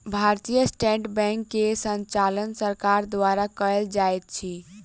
भारतीय state bank के संचालन सरकार द्वारा कयल जाइत अछि